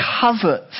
covet